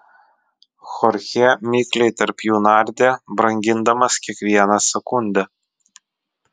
chorchė mikliai tarp jų nardė brangindamas kiekvieną sekundę